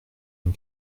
une